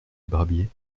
barbier